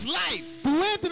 life